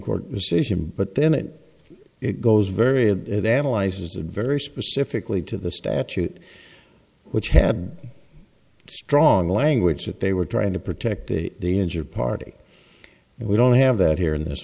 court decision but then it it goes very and it analyzes a very specifically to the statute which had strong language that they were trying to protect the injured party and we don't have that here in this